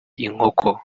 inkoko